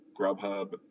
Grubhub